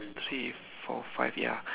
three four five ya